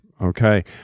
Okay